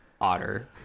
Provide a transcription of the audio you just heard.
Otter